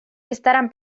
estarán